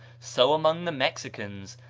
so among the mexicans,